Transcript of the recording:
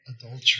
adultery